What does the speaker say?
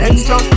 Extra